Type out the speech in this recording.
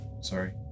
Sorry